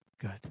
good